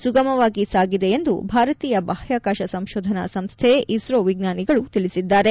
ಸುಗಮವಾಗಿ ಸಾಗಿದೆ ಎಂದು ಭಾರತೀಯ ಬಾಹ್ಯಾಕಾಶ ಸಂಶೋಧನಾ ಸಂಶ್ಲೆ ಇಸ್ತೊ ವಿಜ್ಣಾನಿಗಳು ತಿಳಿಸಿದ್ದಾರೆ